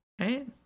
right